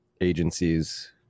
agencies